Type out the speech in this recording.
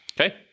Okay